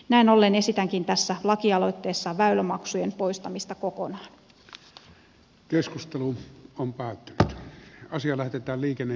näin ollen esitänkin tässä lakialoitteessa väylämaksujen poistamista kokonaan